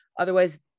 Otherwise